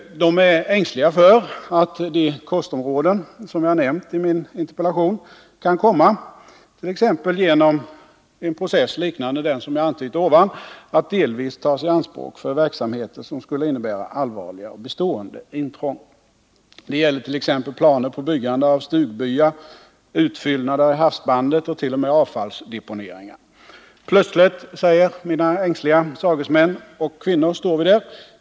De är ängsliga för att de kustområden som jag nämnt i min interpellation kan komma —t.ex. genom den process som jag nyss antytt — att delvis tas i anspråk för verksamheter som skulle innebära allvarliga och bestående intrång. Det gäller t.ex. planer på byggande av stugbyar, utfyllnader i havsbandet och t.o.m. avfallsdeponeringar. Plötsligt — säger mina ängsliga sagesmän och kvinnor — står vi där.